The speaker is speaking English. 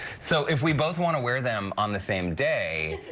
so if we both want to wear them on the same day,